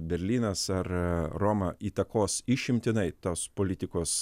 berlynas ar roma įtakos išimtinai tos politikos